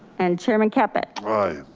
and chairman caput aye,